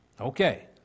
Okay